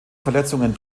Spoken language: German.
verletzungen